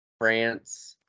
France